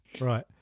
right